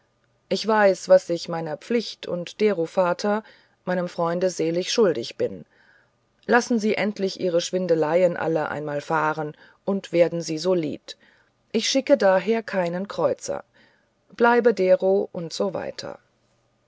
ich weiß was ich meiner pflicht und dero vater meinem freunde selig schuldig bin lassen sie endlich ihre schwindeleien alle einmal fahren und werden sie solid ich schicke daher keinen kreuzer bleibe dero usw